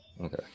Okay